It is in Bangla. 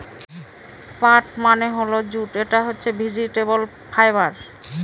পাট মানে হল জুট এটা হচ্ছে একটি ভেজিটেবল ফাইবার